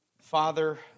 Father